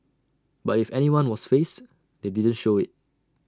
but if anyone was fazed they didn't show IT